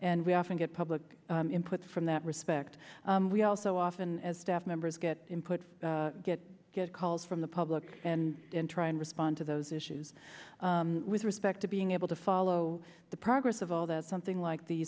and we often get public input from that respect we also often as staff members get input get get calls from the public and try and respond to those issues with respect to being able to follow the progress of all that something like the